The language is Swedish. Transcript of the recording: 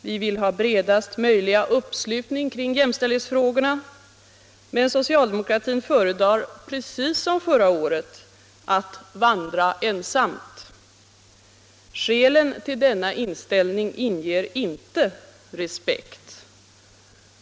Vi vill ha bredast möjliga uppslutning kring jämställdhetsfrågorna, men socialdemokratin föredrar, precis som förra året, att vandra ensam. Skälen till denna inställning inger inte respekt.